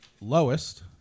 Lowest